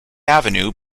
avenue